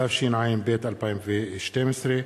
התשע"ב 2012,